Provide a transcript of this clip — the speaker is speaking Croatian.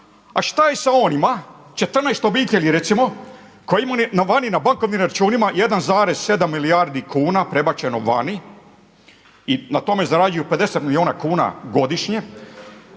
A šta je sa onima 14 obitelji recimo koji imaju vani na bankovnim računima 1,7 milijardi kuna prebačeno vani i na tome zarađuju 50 milijuna kuna godišnje?